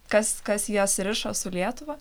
kas kas juos rišo su lietuva